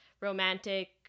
romantic